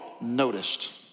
noticed